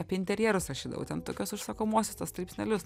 apie interjerus rašydavau ten tokius užsakomuosius tuos straipsnelius